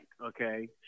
okay